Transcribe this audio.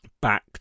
back